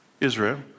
Israel